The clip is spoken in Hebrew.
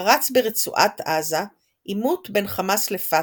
פרץ ברצועת עזה עימות בין חמאס לפת"ח,